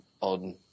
on